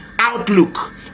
outlook